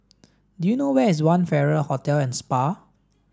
do you know where is One Farrer Hotel and Spa